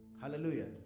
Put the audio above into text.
Hallelujah